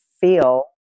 feel